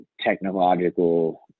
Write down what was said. technological